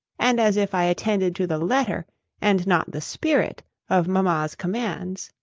and as if i attended to the letter and not the spirit of mamma's commands.